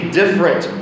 different